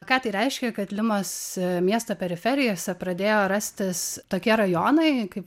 ką tai reiškia kad limos miesto periferijose pradėjo rastis tokie rajonai kaip